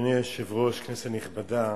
אדוני היושב-ראש, כנסת נכבדה,